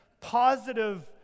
positive